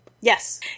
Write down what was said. Yes